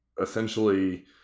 essentially